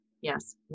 yes